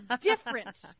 different